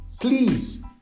please